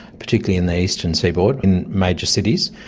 particularly in the eastern seaboard in major cities.